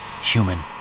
human